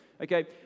Okay